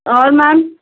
اور میم